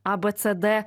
a b c d